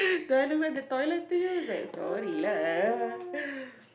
do I look like the toilet to you it's like sorry lah